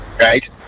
Right